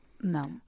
no